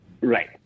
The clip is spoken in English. Right